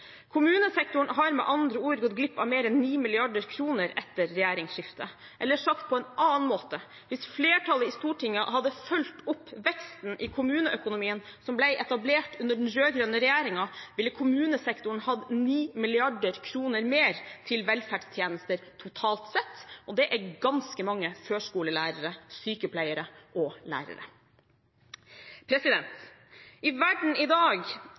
Kommunesektoren har med andre ord gått glipp av mer enn 9 mrd. kr etter regjeringsskiftet. Eller sagt på en annen måte: Hvis flertallet i Stortinget hadde fulgt opp veksten i kommuneøkonomien som ble etablert under den rød-grønne regjeringen, ville kommunesektoren hatt 9 mrd. kr mer til velferdstjenester totalt sett, og det er ganske mange førskolelærere, sykepleiere og lærere. I verden i dag